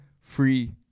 free